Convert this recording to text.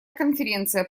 конференция